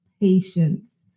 patience